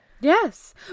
yes